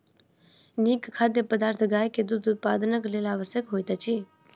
नीक खाद्य पदार्थ गाय के दूध उत्पादनक लेल आवश्यक होइत अछि